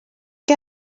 que